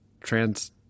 trans